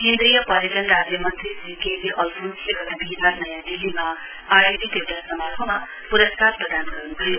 केन्द्रीय पर्यटन राज्य मन्त्री श्री के जे अलफोन्सले गत विहीवार नयाँ दिल्लीमा आयोजित एउटा समारोहमा प्रस्कार प्रदान गरियो